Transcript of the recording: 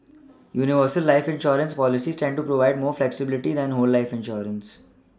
universal life insurance policies tend to provide more flexibility than whole life insurance